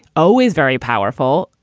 always very powerful,